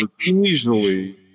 easily